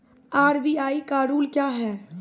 RBI का rule क्या हैं?